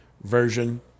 Version